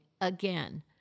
again